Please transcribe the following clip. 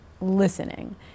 listening